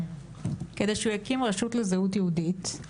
כדי שהוא יקים רשות לזהות יהודית,